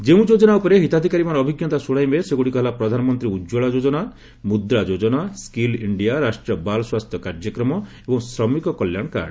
ଯେଉଁ ଯୋଜନା ଉପରେ ହିତାଧିକାରୀମାନେ ଅଭିଜ୍ଞତା ଶୁଣାଇବେ ସେଗୁଡ଼ିକ ହେଲା ପ୍ରଧାନମନ୍ତ୍ରୀ ଉକ୍ୱଳା ଯୋଜନା ମୁଦ୍ରା ଯୋଜନା ସ୍କିଲ୍ ଇଣ୍ଡିଆ ରାଷ୍ଟ୍ରୀୟ ବାଲ୍ ସ୍ୱାସ୍ଥ୍ୟ କାର୍ଯ୍ୟକ୍ରମ ଏବଂ ଶ୍ରମିକ କଲ୍ୟାଣ କାର୍ଡ